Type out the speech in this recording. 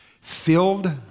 Filled